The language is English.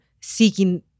seeking